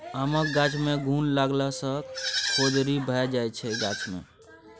आमक गाछ मे घुन लागला सँ खोदरि भए जाइ छै गाछ मे